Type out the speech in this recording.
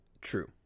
True